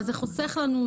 מה זה חוסך לנו,